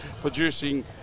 producing